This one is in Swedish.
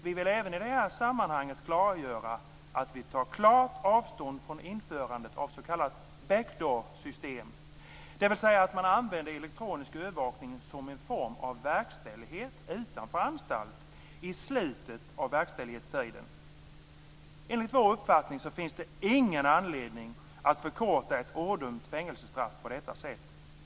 Vi vill i detta sammanhang klargöra att vi tar klart avstånd från införandet av ett s.k. back door-system, dvs. att elektronisk övervakning används som en form för verkställighet utanför anstalten i slutet av verkställighetstiden. Det finns ingen anledning att förkorta ett ådömt fängelsestraff på detta sätt.